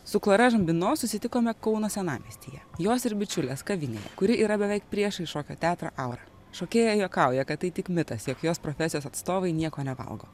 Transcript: su klara žambino susitikome kauno senamiestyje jos ir bičiulės kavinėje kuri yra beveik priešais šokio teatrą aura šokėja juokauja kad tai tik mitas jog jos profesijos atstovai nieko nevalgo